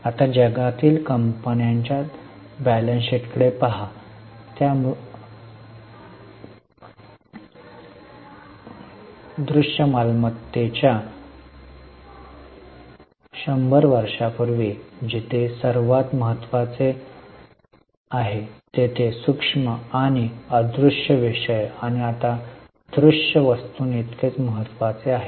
आता जगातील कंपन्यांच्या ताळेबंदांकडे पाहता त्या मूर्त मालमत्त्तेच्या 100 वर्षांपूर्वी जिथे सर्वात महत्वाचे आहे तेथे सूक्ष्म आणि अमूर्त विषय आता मूर्त वस्तूंइतकेच महत्त्वाचे आहेत